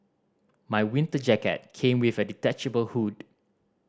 my winter jacket came with a detachable hood